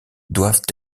doivent